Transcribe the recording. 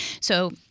So-